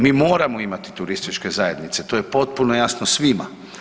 Mi moramo imati turističke zajednice to je potpuno jasno svima.